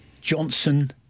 Johnson